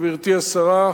גברתי השרה,